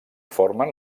formen